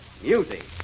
Music